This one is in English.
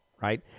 Right